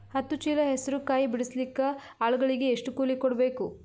ಹತ್ತು ಚೀಲ ಹೆಸರು ಕಾಯಿ ಬಿಡಸಲಿಕ ಆಳಗಳಿಗೆ ಎಷ್ಟು ಕೂಲಿ ಕೊಡಬೇಕು?